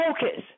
focus